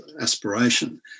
aspiration